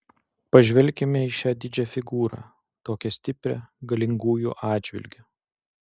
pažvelkime į šią didžią figūrą tokią stiprią galingųjų atžvilgiu